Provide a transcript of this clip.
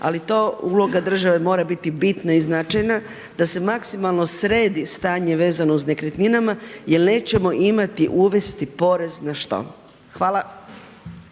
ali to uloga države mora biti bitna i značajna da se maksimalno sredi stanje vezano uz nekretnine jer nećemo imati uvesti porez na što. Hvala.